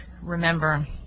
remember